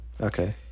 Okay